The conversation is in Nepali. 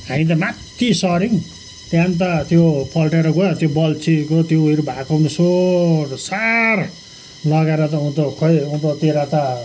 हामी त माथि सऱ्यौँ त्यहाँदेखि त त्यो पल्टेर गयो त्यो बल्छीको त्यो उयो भाएको सोहोरसार लगेर त उँधो खै उँधोतिर त